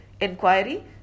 inquiry